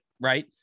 Right